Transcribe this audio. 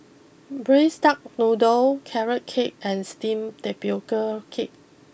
Braised Duck Noodle Carrot Cake and Steamed Tapioca Cake